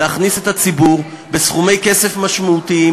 להכניס את הציבור בסכומי כסף משמעותיים